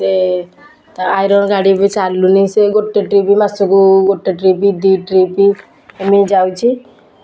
ସିଏ ତା' ଆଇରନ୍ ଗାଡ଼ି ବି ଚାଲୁନି ସେଇ ଗୋଟେ ଟ୍ରିପ୍ ମାସକୁ ଗୋଟେ ଟ୍ରିପ୍ ଦୁଇ ଟ୍ରିପ୍ ଏମିତି ଯାଉଛି